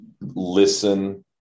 listen